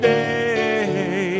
day